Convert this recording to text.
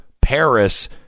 Paris